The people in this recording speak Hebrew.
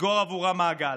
לסגור עבורם מעגל.